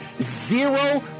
Zero